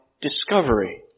discovery